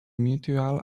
mutual